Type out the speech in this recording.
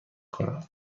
کنم